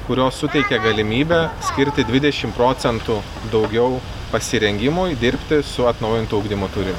kurios suteikia galimybę skirti dvidešim procentų daugiau pasirengimui dirbti su atnaujintu ugdymo turin